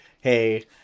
hey